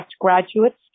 graduates